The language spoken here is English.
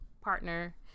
partner